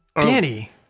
danny